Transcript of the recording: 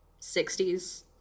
60s